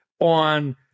on